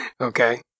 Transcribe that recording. Okay